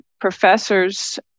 professors